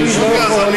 אדוני היושב-ראש,